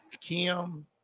Kim